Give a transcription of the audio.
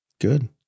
good